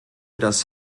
das